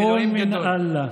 הכול מן אללה.